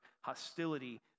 hostility